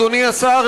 אדוני השר,